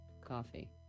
Coffee